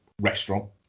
restaurant